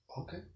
okay